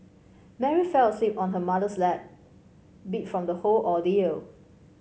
Mary fell asleep on her mother's lap beat from the whole ordeal